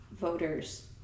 voters